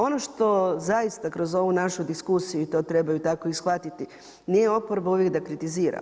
Ono što zaista kroz ovu našu diskusiju i to trebaju tako i shvatiti, nije oporba uvijek da kritizira.